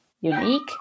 unique